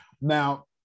Now